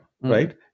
right